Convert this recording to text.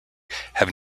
have